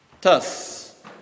Thus